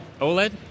OLED